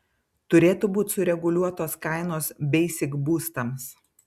turėtų būt sureguliuotos kainos beisik būstams